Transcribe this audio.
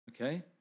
Okay